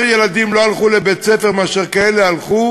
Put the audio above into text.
ילדים לא הלכו לבית-ספר מאלה שהלכו,